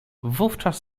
wówczas